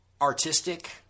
artistic